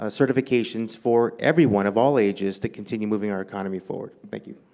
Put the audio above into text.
ah certifications for everyone of all ages to continue moving our economy forward. thank you,